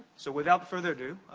so, without further ado,